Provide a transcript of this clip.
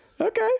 Okay